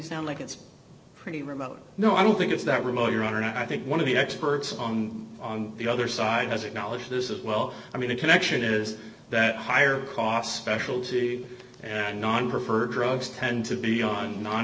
sound like it's pretty remote no i don't think it's that remote your honor i think one of the experts on the other side has acknowledged this is well i mean the connection is that higher cost specialty and non preferred drugs tend to be on non